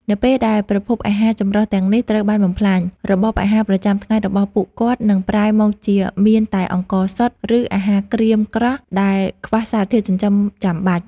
នៅពេលដែលប្រភពអាហារចម្រុះទាំងនេះត្រូវបានបំផ្លាញ របបអាហារប្រចាំថ្ងៃរបស់ពួកគាត់នឹងប្រែមកជាមានតែអង្ករសុទ្ធ ឬអាហារក្រៀមក្រោះដែលខ្វះសារធាតុចិញ្ចឹមចាំបាច់។